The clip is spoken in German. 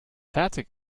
fertig